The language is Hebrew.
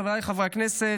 חבריי חברי הכנסת,